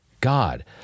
God